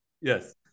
Yes